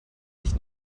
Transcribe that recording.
mich